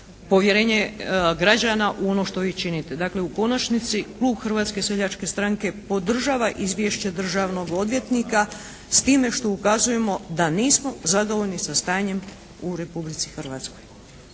povjerenje građana u ono što vi činite. Dakle, u konačnici klub Hrvatske seljačke stranke podržava izvješće državnog odvjetnika s time što ukazujemo da nismo zadovoljni sa stanjem u Republici Hrvatskoj.